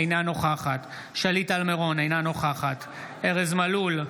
אינה נוכחת שלי טל מירון, אינה נוכחת ארז מלול,